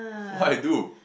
what I do